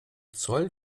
zoll